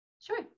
sure